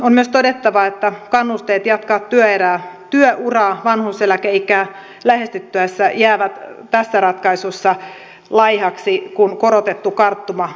on myös todettava että kannusteet jatkaa työuraa vanhuuseläkeikää lähestyttäessä jäävät tässä ratkaisussa laihoiksi kun korotettu karttuma poistuu